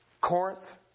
Corinth